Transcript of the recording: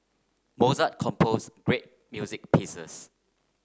Mozart composed great music pieces